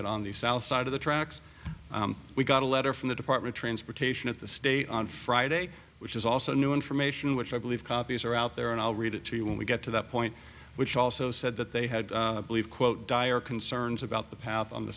it on the south side of the tracks we got a letter from the department transportation of the state on friday which is also new information which i believe copies are out there and i'll read it to you when we get to that point which also said that they had believed quote dire concerns about the path on the